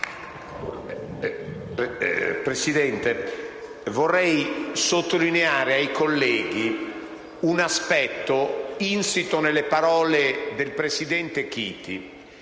Presidente, vorrei sottolineare ai colleghi un aspetto insito nelle parole pronunciate dal presidente Chiti